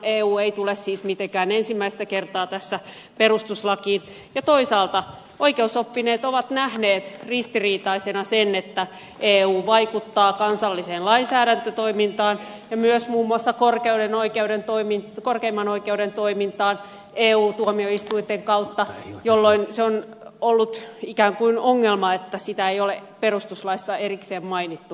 eu ei tule siis mitenkään ensimmäistä kertaa tässä perustuslakiin ja toisaalta oikeusoppineet ovat nähneet ristiriitaisena sen että eu vaikuttaa kansalliseen lainsäädäntötoimintaan ja myös muun muassa korkeimman oikeuden toimintaan eu tuomioistuinten kautta jolloin se on ollut ikään kuin ongelma että sitä ei ole perustuslaissa erikseen mainittu